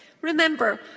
Remember